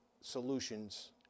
solutions